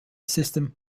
system